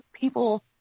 people